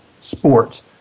sports